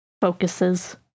focuses